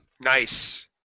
Nice